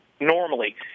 normally